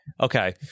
Okay